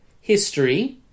history